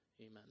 amen